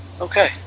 okay